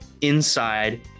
inside